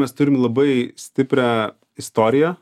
mes turim labai stiprią istoriją